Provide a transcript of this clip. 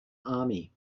army